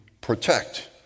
protect